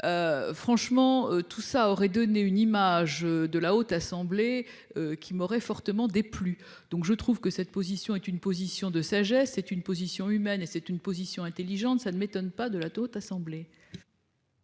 Franchement tout ça aurait donné une image de la Haute Assemblée. Qui m'aurait fortement déplu. Donc je trouve que cette position est une position de sagesse. C'est une position humaine et c'est une position intelligente, ça ne m'étonne pas de la assemblée.